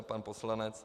Pan poslanec.